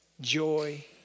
joy